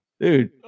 dude